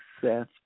Seth